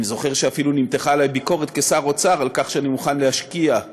אני זוכר שאפילו נמתחה עלי ביקורת כשר האוצר על כך שאני מוכן להשקיע,